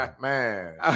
Man